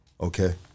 Okay